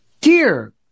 dear